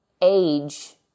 age